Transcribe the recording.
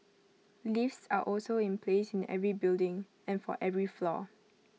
lifts are also in place in every building and for every floor